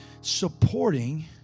supporting